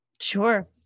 Sure